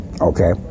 Okay